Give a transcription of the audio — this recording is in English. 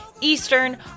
Eastern